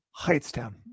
Heightstown